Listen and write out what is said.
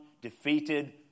defeated